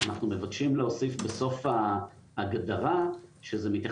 אנחנו מבקשים להוסיף בסוף ההגדרה שזה מבקש